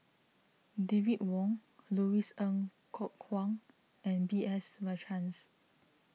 David Wong Louis Ng Kok Kwang and B S Rajhans